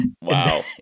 Wow